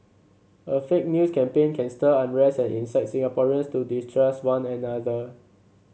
a fake news campaign can stir unrest and incite Singaporeans to distrust one another